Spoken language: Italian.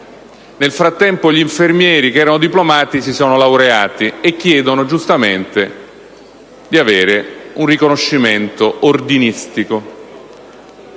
nel frattempo gli infermieri a suo tempo diplomati si sono laureati e chiedono giustamente di avere un riconoscimento ordinistico.